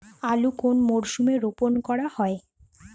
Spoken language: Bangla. আলু কোন মরশুমে রোপণ করা হয়?